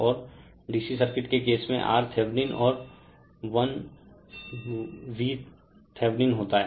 और DC circuit के case में RThevenin और oneV Theveninin होता हैं